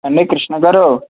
ఏమండీ కృష్ణా గారు